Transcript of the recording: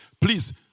Please